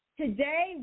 Today